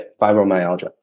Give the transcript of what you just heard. fibromyalgia